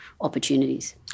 opportunities